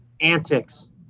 antics